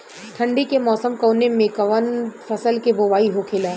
ठंडी के मौसम कवने मेंकवन फसल के बोवाई होखेला?